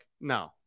no